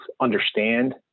understand